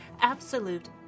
Absolute